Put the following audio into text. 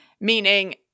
Meaning